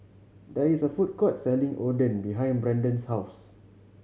there is a food court selling Oden behind Brandan's house